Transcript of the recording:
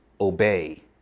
obey